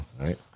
Right